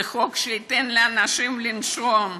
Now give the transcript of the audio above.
זה חוק שייתן לאנשים לנשום.